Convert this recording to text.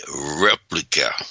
replica